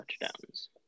touchdowns